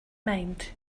mind